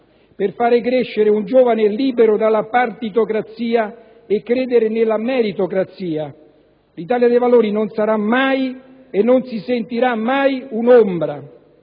per far crescere un giovane libero dalla partitocrazia e per credere nella meritocrazia. L'Italia dei Valori non sarà mai e non si sentirà mai un'ombra,